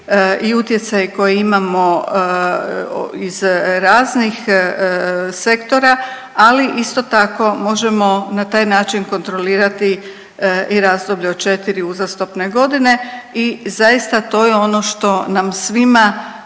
i utjecaj koji imamo iz raznih sektora, ali isto tako možemo na taj način kontrolirati i razdoblje od četiri uzastopne godine i zaista to je ono što nam svima